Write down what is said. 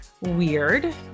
weird